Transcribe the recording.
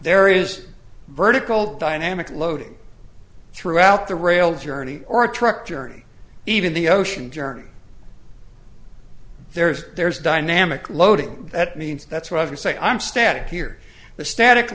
there is vertical dynamic loading throughout the rail journey or truck journey even the ocean journey there's there's a dynamic loading that means that's why we say i'm static here the static